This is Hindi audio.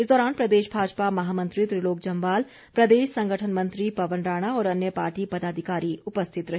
इस दौरान प्रदेश भाजपा महामंत्री त्रिलोक जम्वाल प्रदेश संगठन मंत्री पवन राणा और अन्य पार्टी पदाधिकारी उपस्थित रहे